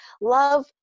love